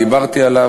דיברתי עליו,